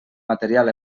material